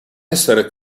essere